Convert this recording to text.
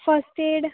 first aid